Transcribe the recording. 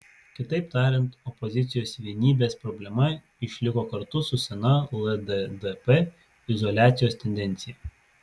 kitaip tariant opozicijos vienybės problema išliko kartu su sena lddp izoliacijos tendencija